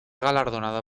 galardonada